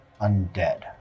undead